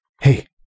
Hey